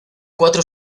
cuatro